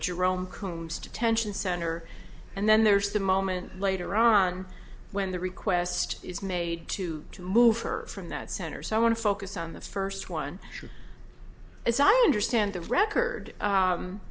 drone coombes detention center and then there's the moment later on when the request is made to to move her from that center so i want to focus on the first one as i understand the record